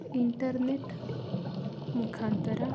internet ಮುಖಾಂತರ